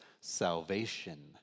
salvation